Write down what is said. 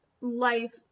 life